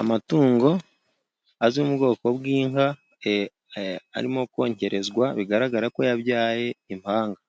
Amatungo azwi mu bwoko bw'inka arimo konkerezwa, bigaragara ko yabyaye impanga.